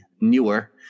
newer